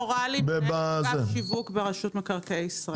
טלי מורלי, מנהלת אגף שיווק ברשות מקרקעי ישראל.